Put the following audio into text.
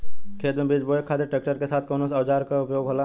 खेत में बीज बोए खातिर ट्रैक्टर के साथ कउना औजार क उपयोग होला?